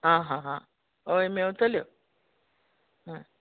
आं हां हां हय मेवतोल्यो आं